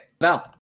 now